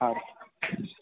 હારું